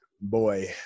Boy